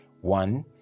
One